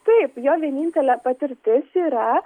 taip jo vienintelė patirtis yra